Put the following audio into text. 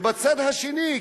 בצד השני,